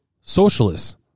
socialists